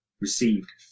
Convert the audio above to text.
received